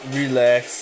relax